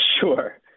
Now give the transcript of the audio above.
Sure